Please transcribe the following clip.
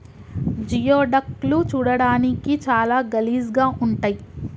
geoduck లు చూడడానికి చాలా గలీజ్ గా ఉంటయ్